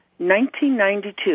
1992